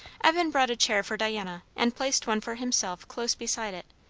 evan brought a chair for diana and placed one for himself close beside it,